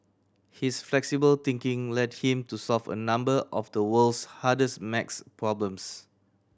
his flexible thinking led him to solve a number of the world's hardest math problems